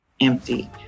empty